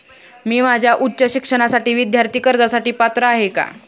मी माझ्या उच्च शिक्षणासाठी विद्यार्थी कर्जासाठी पात्र आहे का?